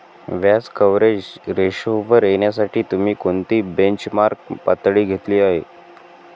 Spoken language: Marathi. व्याज कव्हरेज रेशोवर येण्यासाठी तुम्ही कोणती बेंचमार्क पातळी घेतली आहे?